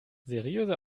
seriöse